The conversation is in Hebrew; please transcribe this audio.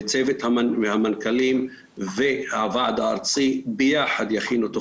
צוות המנכ"לים והוועדה הארצי יכינו ביחד